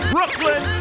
Brooklyn